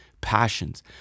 passions